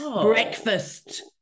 breakfast